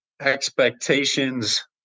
expectations